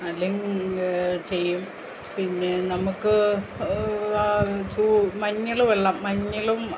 അല്ലെ ചെയ്യും പിന്നെ നമുക്ക് ചൂ മഞ്ഞൾ വെള്ളം മഞ്ഞളും